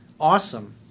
awesome